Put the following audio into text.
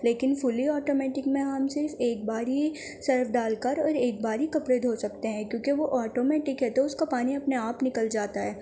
لیکن fully automatic میں ہم صرف ایک بار ہی سرف ڈال کر اور ایک بار ہی کپڑے دھو سکتے ہیں کیونکہ وہ آٹومیٹک ہے تو اس کا پانی اپنے آپ نکل جاتا ہے